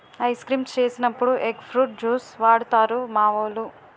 ice creams చేసినప్పుడు egg fruit juice వాడుతారు మావోలు